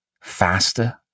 faster